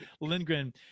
Lindgren